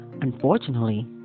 Unfortunately